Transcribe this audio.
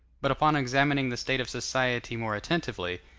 but upon examining the state of society more attentively,